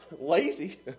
lazy